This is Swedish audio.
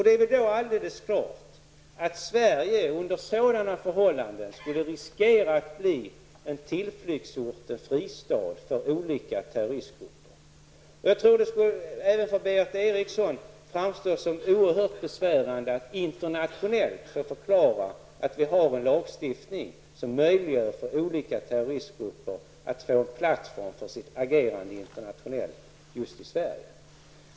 Det är väl då alldeles klart att Sverige under sådana förhållanden skulle riskera att bli en fristad för olika terroristgrupper. Jag tror att det även för Berith Eriksson skulle framstå som oerhört besvärande att internationellt få förklara att vi har en lagstiftning som möjliggör för olika terroristgrupper att få en plattform för sitt agerande internationellt just i Sverige.